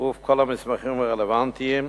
בצירוף כל המסמכים הרלוונטיים,